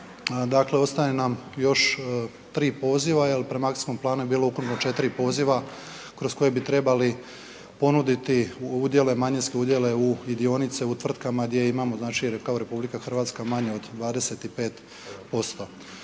dakle ostaje nam još 3 poziva jer prema akcijskom planu je bilu ukupno 4 poziva kroz koje bi trebali ponuditi udjele, manjinske udjele i dionice u tvrtkama gdje imamo znači kao RH manje od 25%.